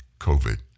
covid